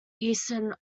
eastern